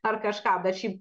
ar kažką bet šiaip